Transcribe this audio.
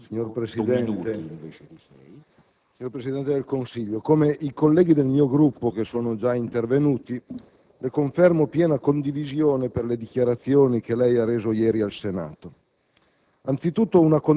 signor Presidente del Consiglio, come i colleghi del mio Gruppo già intervenuti, le confermo piena condivisione per le dichiarazioni che ieri ha reso al Senato.